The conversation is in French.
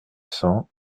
cents